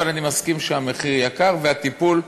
אבל אני מסכים שהמחיר יקר והטיפול,